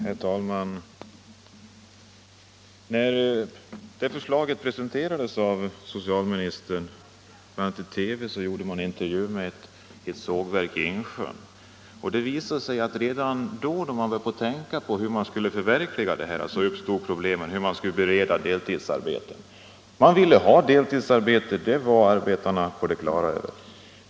Herr talman! När det här förslaget presenterades av socialministern gjorde man i TV en intervju på ett sågverk i Insjön. Det visade sig redan då, när man började tänka på hur förslaget skulle förverkligas, att det skulle bli problem med att bereda deltidsarbeten. Man vill ha deltidsarbeten, det var arbetarna på det klara med.